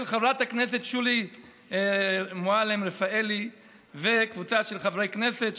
של חברת הכנסת שולי מועלם-רפאלי וקבוצה של חברי הכנסת,